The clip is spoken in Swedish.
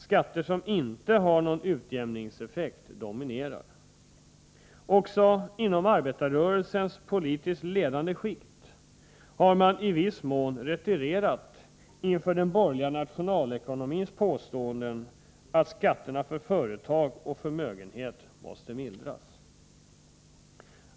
Skatter som inte har någon utjämningseffekt dominerar. Också inom arbetarrörelsens politiskt ledande skikt har man i viss mån retirerat inför de borgerliga nationalekonomernas påståenden att skatterna för företag och förmögenheter måste mildras.